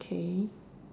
K